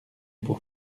pour